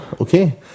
okay